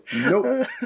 Nope